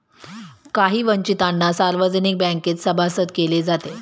काही वंचितांना सार्वजनिक बँकेत सभासद केले जाते